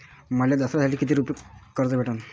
मले दसऱ्यासाठी कितीक रुपये कर्ज भेटन?